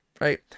right